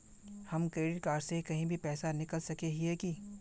हम credit card से कहीं भी पैसा निकल सके हिये की?